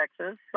Texas